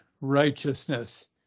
righteousness